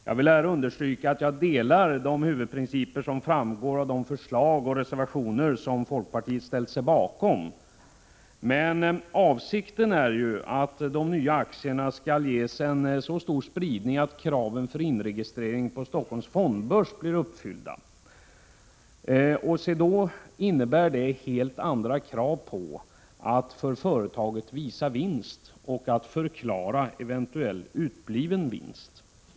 Jag vill understryka att jag delar de huvudprinciper som framgår av de förslag och reservationer som folkpartiet ställt sig bakom. Avsikten är ju att de nya aktierna skall ges en så stor spridning att kraven på inregistrering på Stockholms fondbörs blir uppfyllda. Det innebär helt andra krav på företagen att visa vinst och förklara eventuellt utebliven vinst.